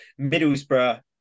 Middlesbrough